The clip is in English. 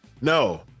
No